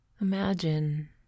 Imagine